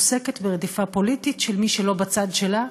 עוסקת ברדיפה פוליטית של מי שלא בצד שלה,